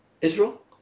Israel